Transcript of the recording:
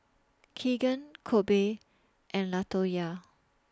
Kegan Kobe and Latoyia